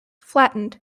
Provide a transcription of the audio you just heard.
flattened